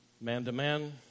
Man-to-man